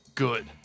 Good